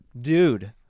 Dude